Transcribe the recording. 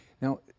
Now